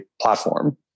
platform